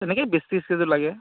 সেনেকৈয়ে বিছ ত্ৰিছ কেজি লাগে